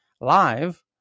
live